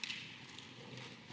Hvala